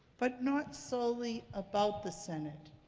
but not solely about the senate